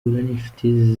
n’inshuti